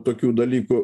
tokių dalykų